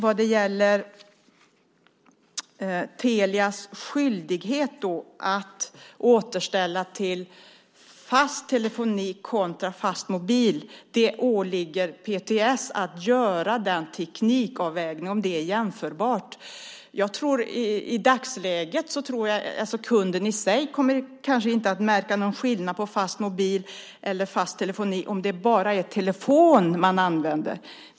Vad gäller Telias skyldighet att återställa till fast telefoni kontra Fastmobil åligger det PTS att göra den teknikavvägningen, om det är jämförbart. I dagsläget tror jag att kunden i sig kanske inte kommer att märka någon skillnad på Fastmobil och fast telefoni om det bara är telefonen man använder.